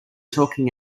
talking